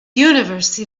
universe